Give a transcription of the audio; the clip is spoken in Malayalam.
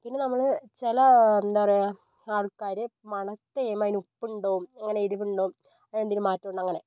പിന്നെ നമ്മള് ചില എന്താ പറയുക ആൾക്കാര് മണത്ത് കഴിയുമ്പോൾ അതിന് ഉപ്പുണ്ടോ അങ്ങനെ എരിവുണ്ടോ അങ്ങനെ എന്തെങ്കിലും മാറ്റമുണ്ടോ അങ്ങനെ